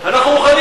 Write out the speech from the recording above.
אנחנו מוכנים לקבל.